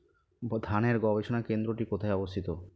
ধানের গবষণা কেন্দ্রটি কোথায় অবস্থিত?